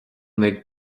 mbeidh